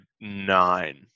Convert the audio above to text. nine